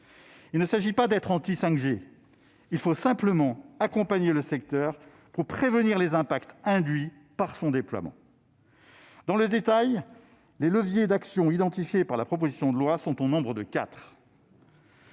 Il ne s'agit pas d'être anti-5G ! Il faut simplement accompagner le secteur pour prévenir les impacts induits par son déploiement. Dans le détail, les leviers d'actions identifiés par la proposition de loi sont au nombre de